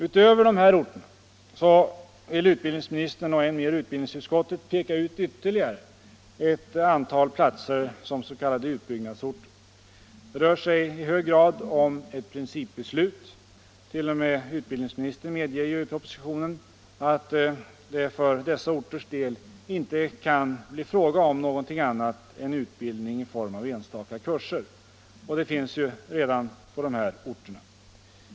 Utöver dessa orter vill utbildningsministern och än mer utbildningsutskottet peka ut ytterligare ett antal platser som s.k. utbyggnadsorter. Det rör sig i hög grad om ett principbeslut. T. o. m. utbildningsministern medger ju i propositionen att det för dessa orters del inte kan bli fråga om någonting annat än utbildning i form av enstaka kurser, och det finns ju redan på de här orterna.